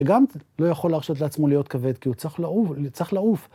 ‫וגם לא יכול להרשת לעצמו להיות כבד, ‫כי הוא צריך לעוף, צריך לעוף